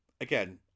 Again